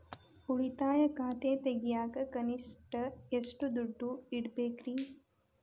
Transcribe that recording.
ಉಳಿತಾಯ ಖಾತೆ ತೆಗಿಯಾಕ ಕನಿಷ್ಟ ಎಷ್ಟು ದುಡ್ಡು ಇಡಬೇಕ್ರಿ?